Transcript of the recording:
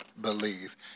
believe